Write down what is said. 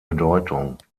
bedeutung